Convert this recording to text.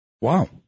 Wow